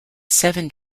seven